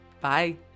bye